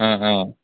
অঁ